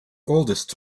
oldest